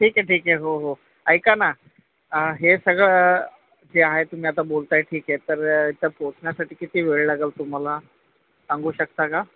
ठीक आहे ठीक आहे हो हो ऐका ना हे सगळं जे आहे तुम्ही आता बोलता आहे ठीक आहे तर इथं पोचण्यासाठी किती वेळ लागेल तुम्ही मला सांगू शकता का